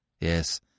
Yes